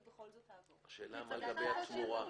השאלה מה לגבי התמורה.